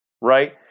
right